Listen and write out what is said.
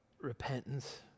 repentance